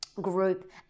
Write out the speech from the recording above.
Group